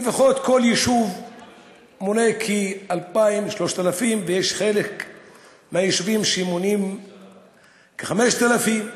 כל יישוב מונה 3,000-2,000 לפחות וחלק מהיישובים מונים כ-5,000.